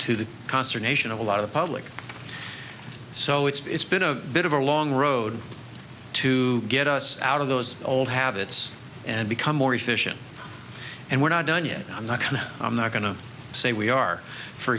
to the consternation of a lot of the public so it's been a bit of a long road to get us out of those old habits and become more efficient and we're not done yet i'm not going to say we are for